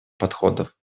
подходов